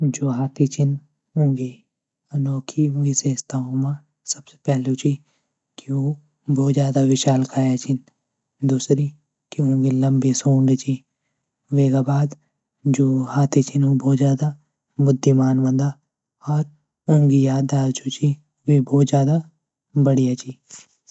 जो हाथी छन वो की अनोखी विशेषताओं म सबसे पहली छन की वो भत ज्यादा विशालकाय छन. दूसरी की वोंकी लम्बी सूंड छन. वेगा बाद जू हाथी छन वो बहुत ज्यादा बुद्धिमान होंद. और वोंकी याददास्त बहुत ज्यादा बढ़िया छ.